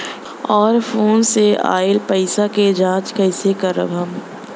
और फोन से आईल पैसा के जांच कैसे करब हम?